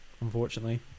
unfortunately